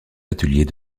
ateliers